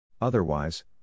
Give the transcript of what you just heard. Otherwise